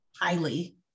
Highly